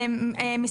אוקיי.